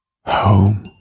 home